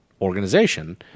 organization